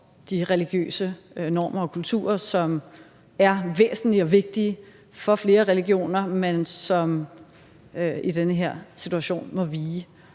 de religiøse normer og kulturer, som er væsentlige og vigtige for flere religioner, men som i den her situation må vige.